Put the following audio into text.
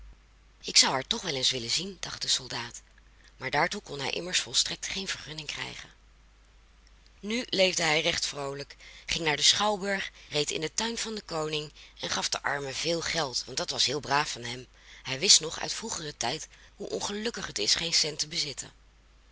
ik zou haar toch wel eens willen zien dacht de soldaat maar daartoe kon hij immers volstrekt geen vergunning krijgen nu leefde hij recht vroolijk ging naar den schouwburg reed in den tuin van den koning en gaf de armen veel geld en dat was heel braaf van hem hij wist nog uit vroegeren tijd hoe ongelukkig het is geen cent te bezitten